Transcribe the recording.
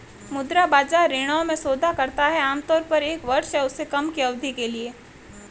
मुद्रा बाजार ऋणों में सौदा करता है आमतौर पर एक वर्ष या उससे कम की अवधि के लिए